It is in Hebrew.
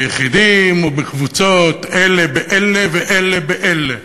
ביחידים ובקבוצות, אלה באלה ואלה באלה.